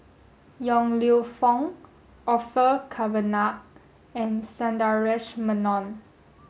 Yong Lew Foong Orfeur Cavenagh and Sundaresh Menon